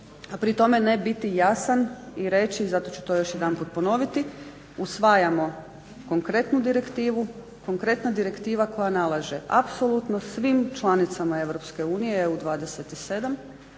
pri tome ne biti jasan i reći i zato ću to još jedanput ponoviti, usvajamo konkretnu direktivu. Konkretna direktiva koja nalaže apsolutno svim članicama EU 27,